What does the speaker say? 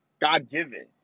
God-given